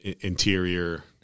interior